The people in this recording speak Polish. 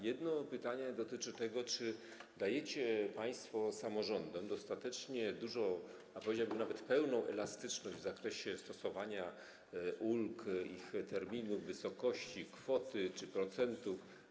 Jedno pytanie dotyczy tego, czy dajecie państwo samorządom dostatecznie dużą, powiedziałbym nawet, pełną elastyczność w zakresie stosowania ulg, ich terminów, wysokości, kwoty czy procentów.